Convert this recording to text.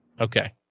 Okay